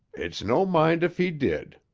it's no mind if he did,